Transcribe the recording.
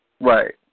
right